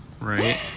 right